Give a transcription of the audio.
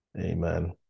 Amen